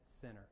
center